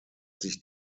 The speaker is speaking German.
sich